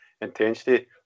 intensity